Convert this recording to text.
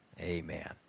Amen